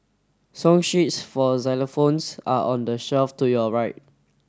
song sheets for xylophones are on the shelf to your right